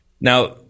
Now